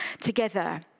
together